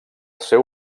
seu